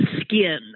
skin